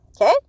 Okay